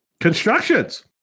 Constructions